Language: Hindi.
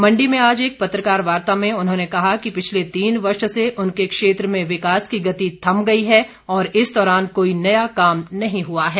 मण्डी में आज एक पत्रकारवार्ता में उन्होंने कहा कि पिछले तीन वर्ष से उनके क्षेत्र में विकास की गति थम गई है और इस दौरान कोई नया काम नहीं हुआ है